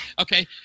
Okay